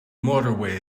motorway